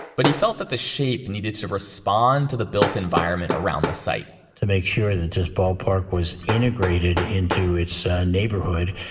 but he felt that the shape needed to respond to the built environment around the site to make sure that this ballpark was integrated into its neighborhood,